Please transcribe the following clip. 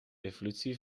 evolutie